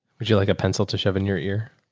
would you like a pencil to shove in your ear?